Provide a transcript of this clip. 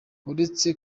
uretse